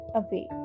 away